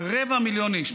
רבע מיליון איש,